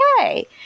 okay